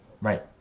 Right